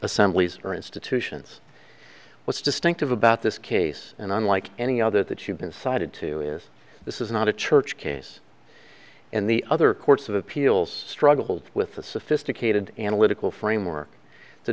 assemblies or institutions what's distinctive about this case and unlike any other that you've decided to is this is not a church case and the other courts of appeals struggled with the sophisticated analytical framework to